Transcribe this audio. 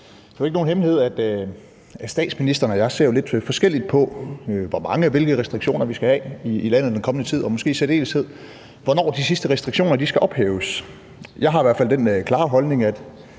er jo ikke nogen hemmelighed, at statsministeren og jeg ser lidt forskelligt på, hvor mange og hvilke restriktioner vi skal have i landet i den kommende tid, og måske i særdeleshed på, hvornår de sidste restriktioner skal ophæves. Jeg har i hvert fald den klare holdning, at